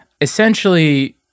Essentially